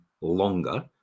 longer